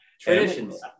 Traditions